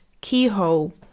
keyhole